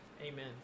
Amen